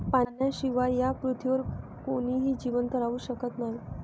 पाण्याशिवाय या पृथ्वीवर कोणीही जिवंत राहू शकत नाही